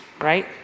right